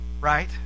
right